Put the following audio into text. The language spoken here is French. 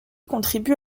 contribue